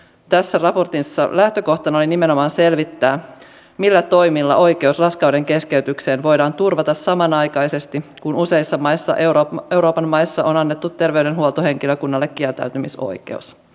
tässä raportissa lähtökohtana oli nimenomaan selvittää millä toimilla oikeus raskaudenkeskeytykseen voidaan turvata samanaikaisesti kun useissa euroopan maissa on annettu terveydenhuoltohenkilökunnalle kieltäytymisoikeus